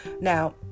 Now